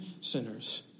sinners